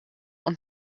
und